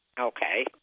Okay